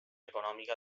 econòmica